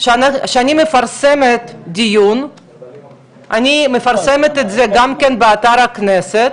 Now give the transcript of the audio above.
כשאני מפרסמת דיון אני מפרסמת את זה גם באתר הכנסת,